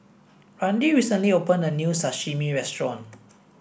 Randi recently opened a new Sashimi restaurant